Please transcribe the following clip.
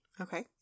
Okay